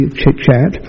chit-chat